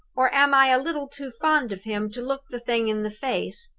or am i a little too fond of him to look the thing in the face?